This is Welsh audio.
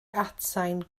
atsain